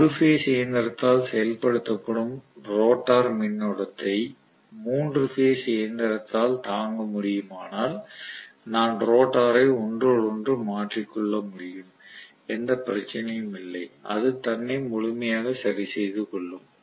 1 phase இயந்திரத்தால் செயல்படுத்தப்படும் rotor மின்னோட்டத்தை 3 பேஸ் இயந்திரத்தால் தாங்க முடியுமானால் நான் ரோட்டரை ஒன்றோடொன்று மாற்றிக் கொள்ள முடியும் எந்த பிரச்சனையும் இல்லை அது தன்னை முழுமையாக சரி செய்து கொள்ளும்